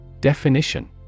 Definition